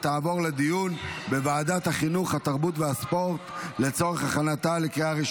לוועדת החינוך, התרבות והספורט נתקבלה.